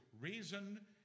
reason